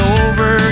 over